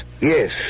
Yes